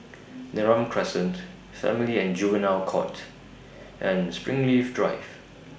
Neram Crescent Family and Juvenile Court and Springleaf Drive